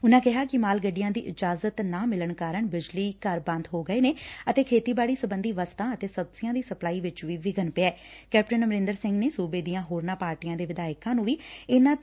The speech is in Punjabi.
ਉਨ੍ਹਾ ਕਿਹਾ ਕਿ ਮਾਲ ਗੱਡੀਆ ਦੀ ਇਜਾਜੁਤ ਨਾ ਮਿਲਣ ਕਾਰਨ ਬਿਜਲੀ ਘਰ ਬੰਦ ਹੋ ਗਏ ਨੇ ਅਤੇ ਖੇਤੀਬਾੜੀ ਸਬੰਧੀ ਵਸਤਾਂ ਅਤੇ ਸਬਜ਼ੀਆਂ ਦੀ ਸਪਲਾਈ ਵਿਚ ਵੀ ਕੈਪਟਨ ਅਮਰਿੰਦਰ ਸਿੰਘ ਨੇ ਸੁਬੇ ਦੀਆਂ ਹੋਰਨਾਂ ਪਾਰਟੀਆਂ ਦੇ ਵਿਧਾਇਕਾਂ ਨੂੰ ਵੀ ਇਨੂਾਂ ਵਿਘਨ ਪਿਐ